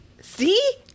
See